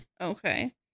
Okay